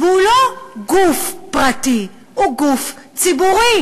והוא לא גוף פרטי, הוא גוף ציבורי,